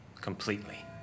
completely